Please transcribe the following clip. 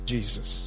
Jesus